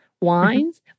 wines